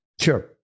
Sure